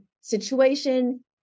situation